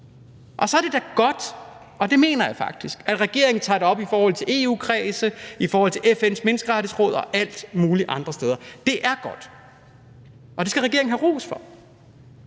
Og så er det da godt – og det mener jeg faktisk – at regeringen tager det op i forhold til EU-kredse, i forhold til FN’s Menneskerettighedsråd og alle mulige andre steder. Det er godt, og det skal regeringen have ros for.